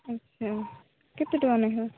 ଆଚ୍ଛା କେତେ ଟଙ୍କା ଲେଖାଁ